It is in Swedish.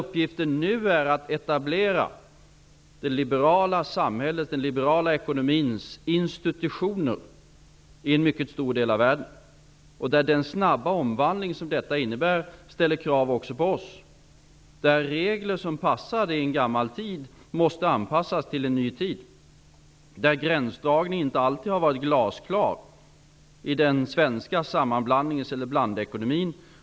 Uppgiften är nu att etablera det liberala samhällets, den liberala ekonomins, institutioner i en mycket stor del av världen. Den snabba omvandlingen som detta innebär ställer krav också på oss. Regler som passade i en gammal tid måste anpassas till en ny tid. Gränsdragningen har inte alltid varit glasklar i den svenska blandekonomin.